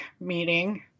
meeting